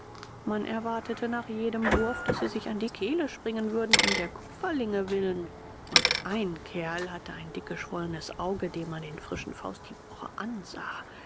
man erwartete nach jedem wurf daß sie sich an die kehle springen würden um der kupferlinge willen und ein kerl hatte ein dick geschwollenes auge dem man den frischen fausthieb noch ansah